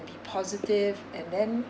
be positive and then